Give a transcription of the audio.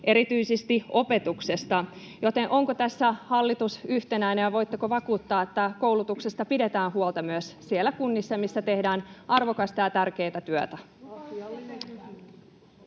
erityisesti opetuksesta, joten onko tässä hallitus yhtenäinen ja voitteko vakuuttaa, että koulutuksesta pidetään huolta myös siellä kunnissa, missä tehdään arvokasta ja tärkeää työtä?